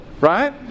right